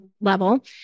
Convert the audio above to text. level